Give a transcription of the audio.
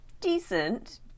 decent